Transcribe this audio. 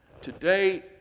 Today